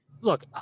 look